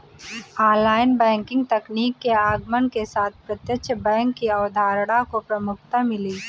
online banking तकनीक के आगमन के साथ प्रत्यक्ष बैंक की अवधारणा को प्रमुखता मिली